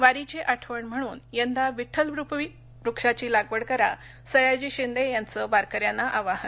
वारीची आठवण म्हणून यंदा विठ्ठलरुपी वृक्षाची लागवड करा सयाजी शिंदे यांचं वारकऱ्यांना आवाहन